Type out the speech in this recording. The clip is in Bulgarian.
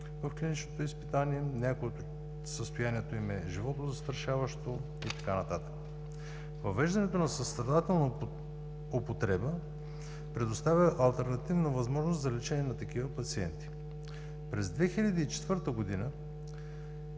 в клиничното изпитание – на някои състоянието им е живото застрашаващо и така нататък. Въвеждането на състрадателна употреба предоставя алтернативна възможност за лечение на такива пациенти. През 2004 г.